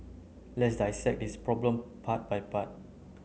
let's dissect this problem part by part